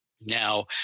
Now